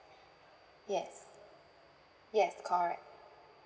yes yes correct